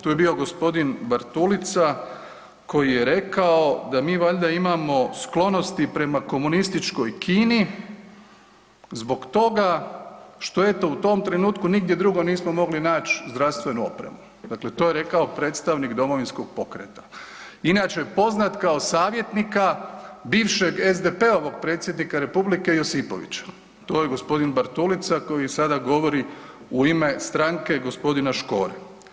Tu je bio g. Bartulica koji je rekao da mi valjda imamo sklonosti prema komunističkoj Kini zbog toga što eto u tom trenutku nigdje drugo nismo mogli nać zdravstvenu opremu, dakle to je rekao predstavnik Domovinskog pokreta, inače poznat kao savjetnika bivšeg SDP-ovog predsjednika republike Josipovića, to je g. Bartulica koji sada govori u ime stranke g. Škore.